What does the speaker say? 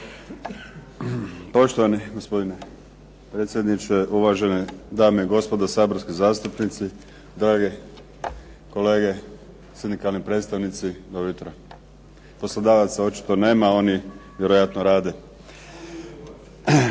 Poštovani gospodine predsjedniče, uvažene dame i gospodo saborski zastupnici, drage kolege sindikalni predstavnici dobro jutro. Poslodavaca očito nema, oni vjerojatno rade.